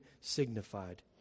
signified